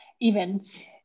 events